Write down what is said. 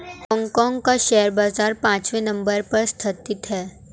Hong Kong का share बाजार पांचवे नम्बर पर स्थित है